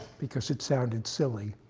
because it sounded silly.